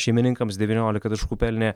šeimininkams devyniolika taškų pelnė